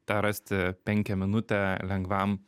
tą rasti penkiaminutę lengvam